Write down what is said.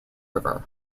river